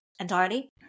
entirely